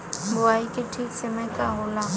बुआई के ठीक समय का होला?